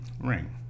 ring